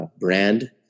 brand